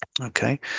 okay